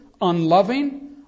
unloving